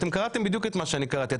אתם קראתם בדיוק את מה שאני קראתי,